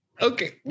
Okay